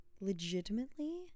legitimately